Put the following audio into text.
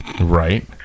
Right